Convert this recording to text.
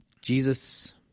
jesus